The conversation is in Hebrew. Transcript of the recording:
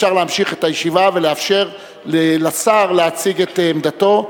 אפשר להמשיך את הישיבה ולאפשר לשר להציג את עמדתו.